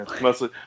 Mostly